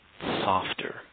softer